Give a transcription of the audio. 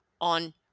on